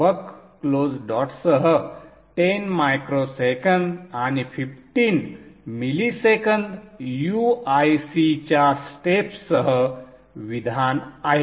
बक close डॉटसह 10 microsecond आणि 15 millisecond UIC च्या स्टेप्ससह संदर्भ वेळ 0719 विधान आहे